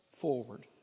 forward